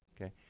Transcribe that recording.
Okay